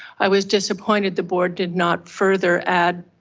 i was disappointed the board did not further add